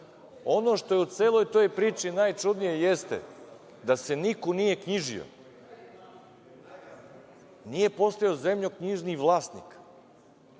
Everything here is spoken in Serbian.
itd. Ono što je u celoj toj priči najčudnije jeste, da se niko nije knjižio, nije postojao zemljoknjižni vlasnik,